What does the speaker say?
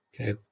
Okay